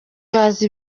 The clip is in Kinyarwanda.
bazi